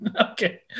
Okay